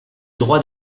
droit